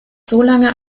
solange